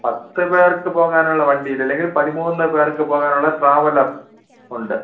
പത്ത് പേര്ക്ക് പോകാനുള്ള വണ്ടി ഇല്ല ഇല്ലെങ്കില് പതിമൂന്ന് പേര്ക്ക് പോകാനുള്ള ട്രാവലര് ഉണ്ട്